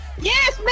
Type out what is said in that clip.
Yes